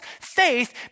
faith